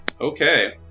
Okay